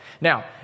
Now